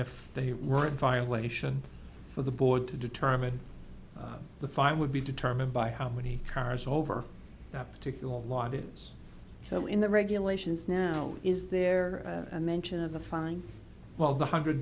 if they were in violation for the board to determine the fine would be determined by how many cars over that particular lot is so in the regulations now is there a mention of a fine while the hundred